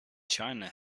china